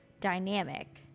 dynamic